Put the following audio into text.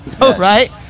Right